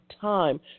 time